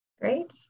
Great